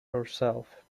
herself